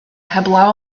heblaw